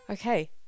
Okay